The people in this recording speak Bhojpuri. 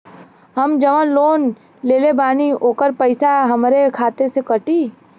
हम जवन लोन लेले बानी होकर पैसा हमरे खाते से कटी?